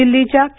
दिल्लीच्या के